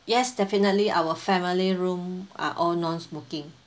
yes definitely our family room are all non-smoking